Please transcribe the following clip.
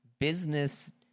business